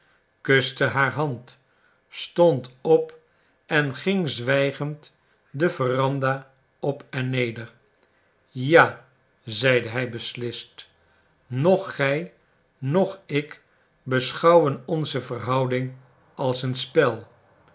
kuste haar hand stond op en ging zwijgend de veranda op en neder ja zeide hij beslist noch gij noch ik beschouwen onze verhouding als een spel